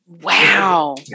Wow